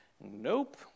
Nope